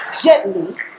gently